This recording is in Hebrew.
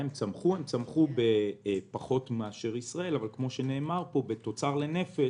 הם צמחו פחות מאשר ישראל אבל בתוצר לנפש